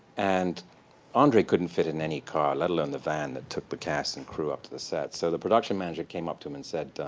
and andre couldn't fit in any car, let alone the van that took the cast and crew up to the set. so the production manager came up to him and said,